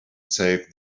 save